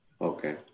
Okay